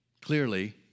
clearly